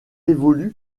évolue